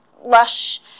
LUSH